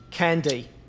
Candy